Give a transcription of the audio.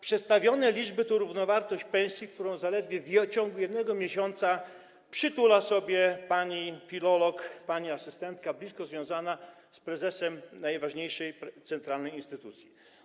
Przedstawione liczby to równowartość pensji, którą zaledwie w ciągu 1 miesiąca przytula sobie pani filolog, pani asystentka blisko związana z prezesem najważniejszej centralnej instytucji.